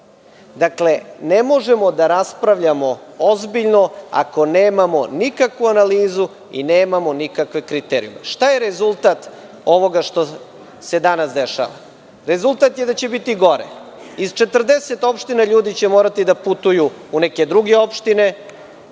Ne možemo da raspravljamo ozbiljno, ako nemamo nikakvu analizu i nemamo nikakve kriterijume. Šta je rezultat ovoga što se danas dešava? Rezultat je da će biti gore. Iz 40 opština ljudi će morati da putuju u neke druge opštine.